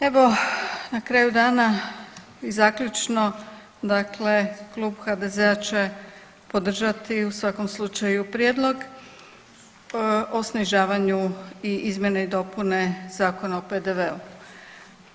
Evo na kraju dana i zaključno, dakle klub HDZ-a će podržati u svakom slučaju prijedlog o snižavanju izmjene i dopune Zakona o PDV-u.